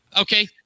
Okay